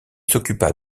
s’occupa